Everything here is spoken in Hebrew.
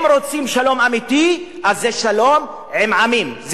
אם רוצים שלום אמיתי, זה שלום עם עמים.